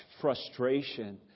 frustration